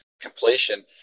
completion